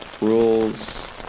Rules